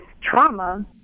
trauma